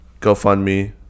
GoFundMe